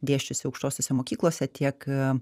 dėsčiusi aukštosiose mokyklose tiek